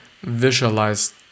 visualized